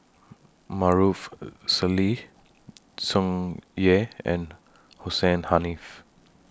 Maarof Salleh Tsung Yeh and Hussein Haniff